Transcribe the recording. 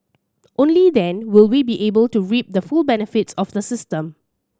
only then will we be able to reap the full benefits of the system